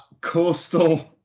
coastal